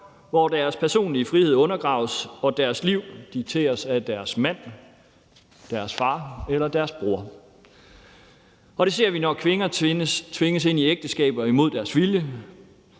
hvor deres personlige frihed undergraves og deres liv dikteres af deres mand, deres far eller deres bror. Det ser vi, når kvinder tvinges ind i ægteskaber imod deres vilje.